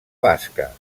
basca